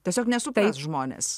tiesiog nesupeiks žmones